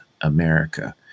America